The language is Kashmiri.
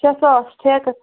شےٚ ساس ٹھیکہٕ